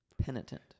penitent